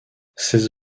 ses